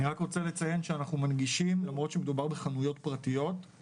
אני רק רוצה לציין שאנחנו מנגישים למרות שמדובר בחנויות פרטיות.